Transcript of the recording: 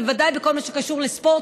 ובוודאי בכל מה שקשור לספורט,